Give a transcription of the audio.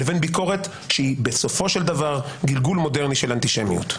לבין ביקורת שהיא בסופו של דבר גלגול מודרני של אנטישמיות.